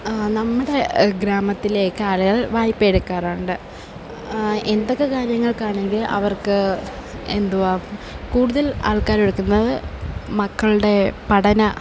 നമ്മുടെ ഗ്രാമത്തിലെയൊക്കെയാളുകൾ വായ്പയെടുക്കാറുണ്ട് എന്തൊക്കെ കാര്യങ്ങള്ക്കാണെങ്കില് അവര്ക്ക് എന്തുവാ കുടുതല് ആള്ക്കാരും എടുക്കുന്നത് മക്കളുടെ പഠന